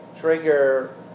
trigger